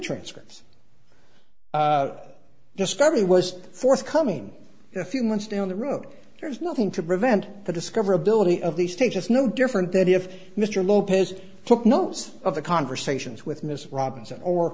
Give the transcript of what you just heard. transcripts discovery was forthcoming a few months down the road there is nothing to prevent the discoverability of these tapes is no different that if mr lopez took notes of the conversations with ms robinson or